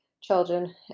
children